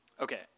Okay